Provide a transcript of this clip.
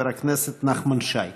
חבר הכנסת נחמן שי.